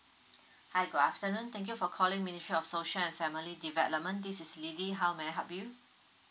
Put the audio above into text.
hi good afternoon thank you for calling ministry of social and family development this is L I L Y how may I help you